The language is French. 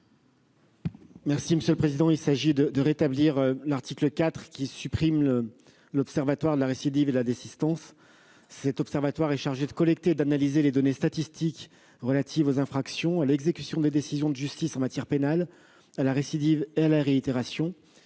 secrétaire d'État. Il s'agit de rétablir l'article 4, qui supprime l'Observatoire de la récidive et de la désistance. Chargé de collecter et d'analyser les données statistiques relatives aux infractions, à l'exécution des décisions de justice en matière pénale, à la récidive et la réitération,